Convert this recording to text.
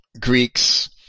Greeks